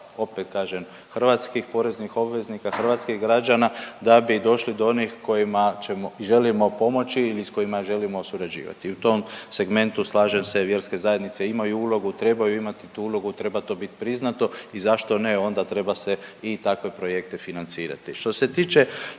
opet kažem, hrvatskih poreznih obveznika, hrvatskih građana da bi došli do onih kojima ćemo i želimo pomoći ili s kojima želimo surađivati i u tom segmentu slažem se, vjerske zajednice imaju ulogu, trebaju imati tu ulogu, treba to bit priznato i zašto ne onda treba se i takve projekte financirati. Što se tiče